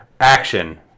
Action